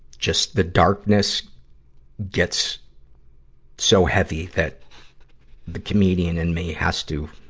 just, the darkness gets so heavy that the comedian in me has to,